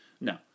No